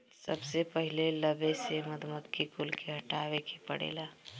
सबसे पहिले लवे से मधुमक्खी कुल के हटावे के पड़ेला